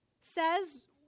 says